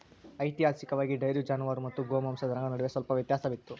ಐತಿಹಾಸಿಕವಾಗಿ, ಡೈರಿ ಜಾನುವಾರು ಮತ್ತು ಗೋಮಾಂಸ ದನಗಳ ನಡುವೆ ಸ್ವಲ್ಪ ವ್ಯತ್ಯಾಸವಿತ್ತು